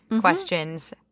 questions